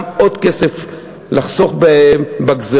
גם עוד כסף לחסוך בגזירות,